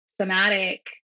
somatic